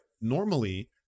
normally